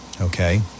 Okay